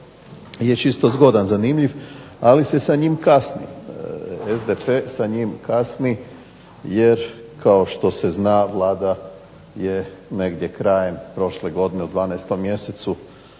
je čisto zanimljiv ali se sa njim kasni, SDP sa njim kasni jer kao što se zna Vlada je negdje prošle godine u 12. mjesecu